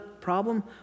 problem